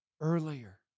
earlier